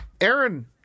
Aaron